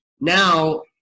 now